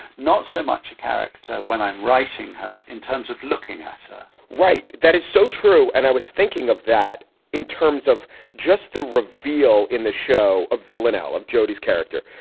not so much a character. when i'm writing her in terms of looking at her right, that is so true. and i was thinking of that in terms of just the reveal in the show of villanelle of jodi's character,